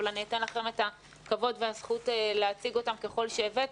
אבל אני אתן לכם את הכבוד והזכות להציג אותם ככל שהבאתם.